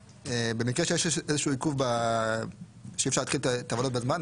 במקרה שיש איזשהו עיכוב ואי- אפשר להתחיל את העבודות בזמן,